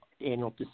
annual